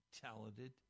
talented